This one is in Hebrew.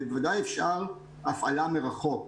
ובוודאי אפשר הפעלה מרחוק.